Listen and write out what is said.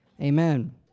Amen